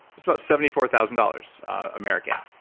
was about seventy four thousand dollars american.